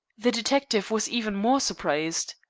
the detective was even more surprised.